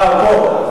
איפה הוא?